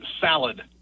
salad